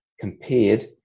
compared